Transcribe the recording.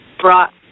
brought